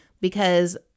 because-